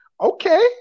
okay